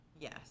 Yes